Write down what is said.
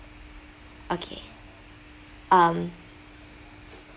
okay um